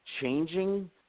changing